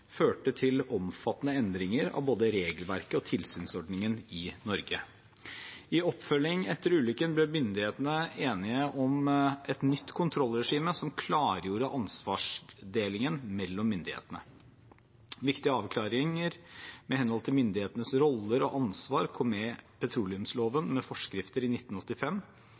førte til omfattende endringer av både regelverket og tilsynsordningen i Norge. I oppfølging etter ulykken ble myndighetene enige om et nytt kontrollregime som klargjorde ansvarsdelingen mellom myndighetene. Viktige avklaringer i henhold til myndighetenes roller og ansvar kom med petroleumsloven med forskrifter i 1985.